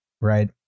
right